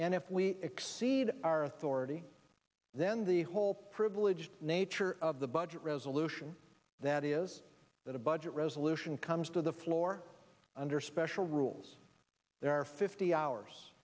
and if we exceed our authority then the whole privileged nature of the budget resolution that is that a budget resolution comes to the floor under special rules there are fifty hours